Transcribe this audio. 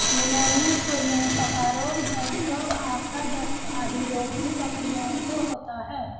pneumonia, खुर मुँह पका रोग, जोन्स रोग, आफरा, दस्त आदि रोग भी बकरियों को होता है